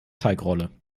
teigrolle